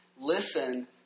listen